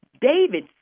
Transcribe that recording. David